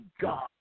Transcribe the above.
God